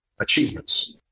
achievements